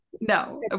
no